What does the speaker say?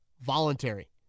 voluntary